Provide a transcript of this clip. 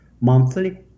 monthly